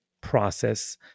process